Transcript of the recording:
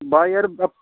ਬਾ ਯਾਰ